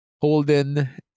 Holden